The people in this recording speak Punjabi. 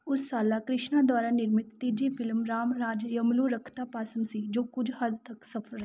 ਉਸ ਸਾਲ ਕ੍ਰਿਸ਼ਨਾ ਦੁਆਰਾ ਨਿਰਮਿਤ ਤੀਜੀ ਫਿਲਮ ਰਾਮ ਰਾਜਯਮਲੂ ਰਕਥਾ ਪਾਸਮ ਸੀ ਜੋ ਕੁਝ ਹੱਦ ਤੱਕ ਸਫਲ